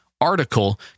article